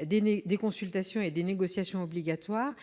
des consultations et des négociations obligatoires,